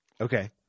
Okay